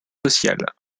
sociales